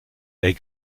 est